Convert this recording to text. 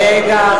רגע,